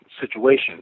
situation